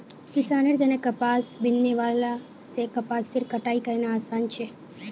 किसानेर तने कपास बीनने वाला से कपासेर कटाई करना आसान छे